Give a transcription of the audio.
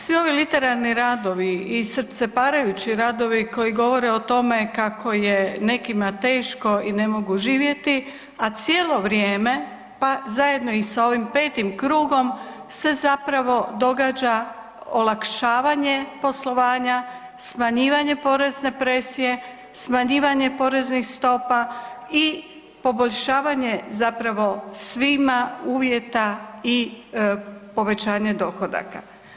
Svi ovi literarni radovi i srceparajući radovi koji govore o tome kako je nekima teško i ne mogu živjeti, a cijelo vrijeme, pa zajedno i sa ovim 5. krugom se zapravo događa olakšavanje poslovanja, smanjivanje porezne presije, smanjivanje poreznih stopa i poboljšavanje, zapravo svima uvjeta i povećanje dohodaka.